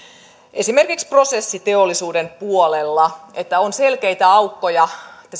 esimerkiksi prosessiteollisuuden puolella että on selkeitä aukkoja